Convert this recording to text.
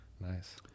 Nice